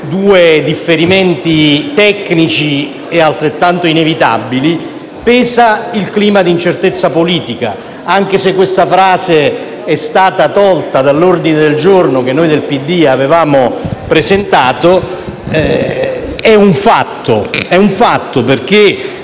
due differimenti tecnici e altrettanto inevitabili, pesa il clima di incertezza politica e, anche se questa frase è stata cassata dal testo dell'ordine del giorno che noi del PD avevamo presentato, è un dato di fatto. È un fatto perché,